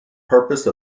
purpose